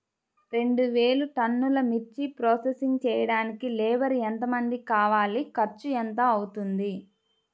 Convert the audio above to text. రెండు వేలు టన్నుల మిర్చి ప్రోసెసింగ్ చేయడానికి లేబర్ ఎంతమంది కావాలి, ఖర్చు ఎంత అవుతుంది?